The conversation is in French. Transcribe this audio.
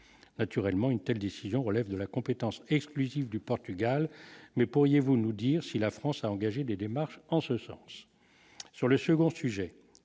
naturellement, une telle décision relève de la compétence exclusive du Portugal, mais pourriez-vous nous dire si la France a engagé des démarches en ce sens sur le second sujet,